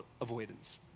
avoidance